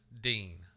Dean